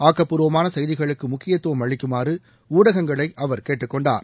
ஆக்கப்பூர்வமான செய்திகளுக்கு முக்கியத்துவம் அளிக்குமாறு ஊடகங்களை அவர் கேட்டுக்கொண்டார்